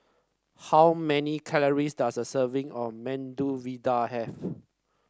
how many calories does a serving of Medu Vada have